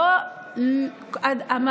אנחנו כבר כמה דיונים מנסים להיאבק.